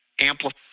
amplify